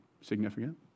significant